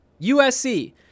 USC